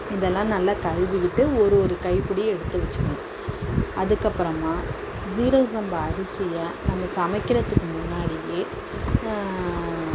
இதெல்லாம் நல்லா கழுவிக்கிட்டு ஒரு ஒரு கைப்பிடி எடுத்து வைச்சுக்கணும் அதுக்கப்புறமா சீரக சம்பா அரிசியை நம்ம சமைக்கிறதுக்கு முன்னாடியே